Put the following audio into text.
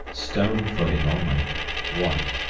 stone footing only one.